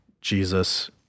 Jesus